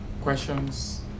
Questions